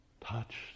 touch